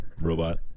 robot